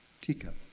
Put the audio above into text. teacup